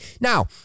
Now